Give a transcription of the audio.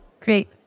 great